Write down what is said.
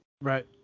Right